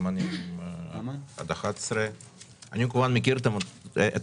זמנים עד 11:00. אני כמובן מכיר את הנושא.